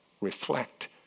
Reflect